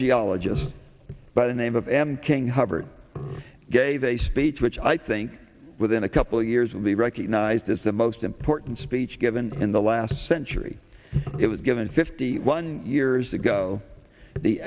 geologists by the name of m king hovered gave a speech which i think within a couple of years will be recognized as the most important speech given in the law last century it was given fifty one years ago the